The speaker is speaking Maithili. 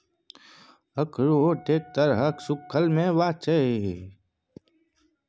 अखरोट एक तरहक सूक्खल मेवा छै